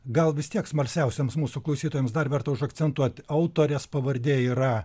gal vis tiek smalsiausiems mūsų klausytojams dar verta užakcentuoti autorės pavardė yra